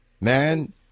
Man